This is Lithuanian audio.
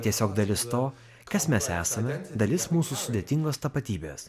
tiesiog dalis to kas mes esame dalis mūsų sudėtingos tapatybės